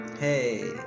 hey